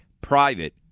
private